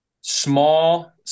small